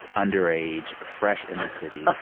underage, fresh in the city,